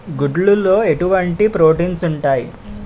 గుడ్లు లో ఎటువంటి ప్రోటీన్స్ ఉంటాయి?